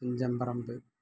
Thunchan Parambu